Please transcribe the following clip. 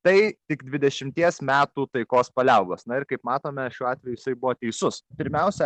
tai tik dvidešimties metų taikos paliaubos na ir kaip matome šiuo atveju jisai buvo teisus pirmiausia